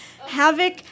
havoc